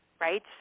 Right